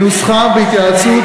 היא נוסחה בהתייעצות,